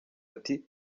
ati